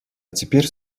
теперь